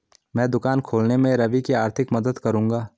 मैं दुकान खोलने में रवि की आर्थिक मदद करूंगा